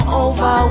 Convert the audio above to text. over